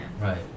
Right